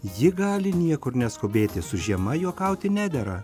ji gali niekur neskubėti su žiema juokauti nedera